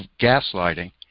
gaslighting